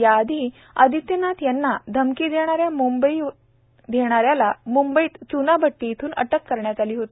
या आधी आदित्य नाथ यांना धमकी देणाऱ्याला मुंबईत चुनाभट्टी इथून अटक करण्यात आली होती